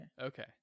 Okay